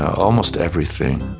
almost everything